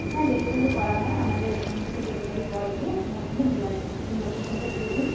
হ্যাঁ ডেলিভারি করা হয় আমাদের এখান থেকে ডেলিভারি বয় গিয়ে আপনার ওখানে দিয়ে আসবে আপনি লোকেশনটা দিয়ে দিন